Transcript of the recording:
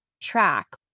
track